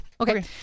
Okay